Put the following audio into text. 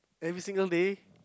every single day